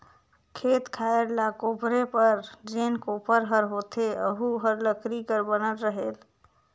खेत खायर ल कोपरे बर जेन कोपर हर होथे ओहू हर लकरी कर बनल रहेल